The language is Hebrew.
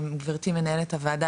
גברתי מנהלת הוועדה,